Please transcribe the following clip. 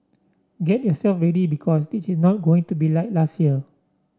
get yourself ready because this is not going to be like last year